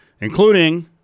including